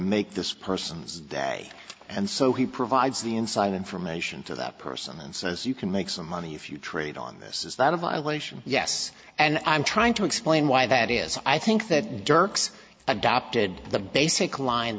make this person's day and so he provides the inside information to that person and says you can make some money if you trade on this is that a violation yes and i'm trying to explain why that is i think that dirk's adopted the basic line